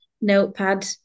notepad